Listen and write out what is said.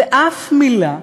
ואף מילה,